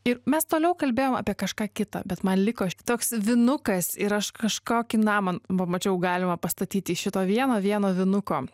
ir mes toliau kalbėjom apie kažką kitą bet man liko toks vinukas ir aš kažkokį namą pamačiau galima pastatyti šito vieno vieno vinuko